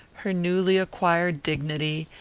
her newly-acquired dignity,